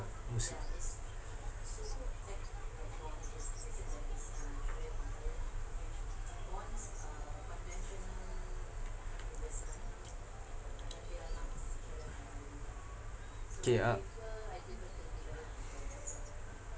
K uh